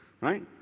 Right